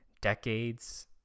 decades